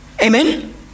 Amen